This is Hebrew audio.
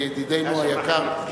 ידידנו היקר,